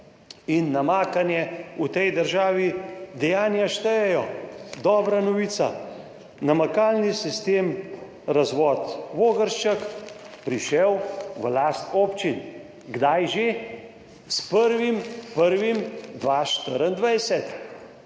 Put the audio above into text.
in namakanje. V tej državi dejanja štejejo. Dobra novica, namakalni sistem razvod Vogršček prišel v last občin. Kdaj, že? S 1. 1. 2024? Koliko sredstev